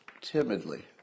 timidly